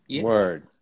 word